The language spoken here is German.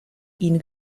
ihn